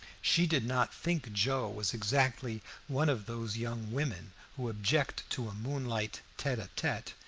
she did not think joe was exactly one of those young women who object to a moonlight tete-a-tete,